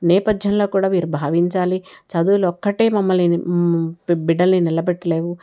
నేపథ్యంలో కూడా వీరు భావించాలి చదువులు ఒక్కటే మమ్మల్ని బిడ్డల్ని నిలబెట్టలేవు